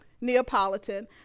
Neapolitan